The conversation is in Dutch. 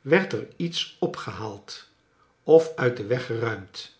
werd er iets opgehaald of uit den weg geruimd